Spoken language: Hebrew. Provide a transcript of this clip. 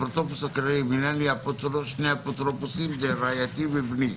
שני אפוטרופוסים, רעיתי ובני.